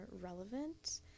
relevant